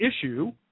issue